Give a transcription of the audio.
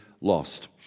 lost